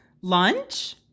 lunch